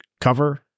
cover